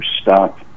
stop